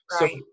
Right